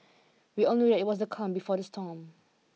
we all knew that it was the calm before the storm